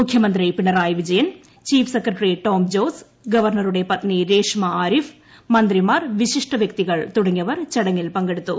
മുഖ്യമന്ത്രി Pinarayi Vijayan chief secretary Tom Jose ഗവർണറുടെ പത്നി രേഷ്മാ ആരിഫ് മന്ത്രിമാർ വിശിഷ്ടവ്യക്തികൾ തുടങ്ങിയവർ ചടങ്ങിൽ പങ്കെടുത്തു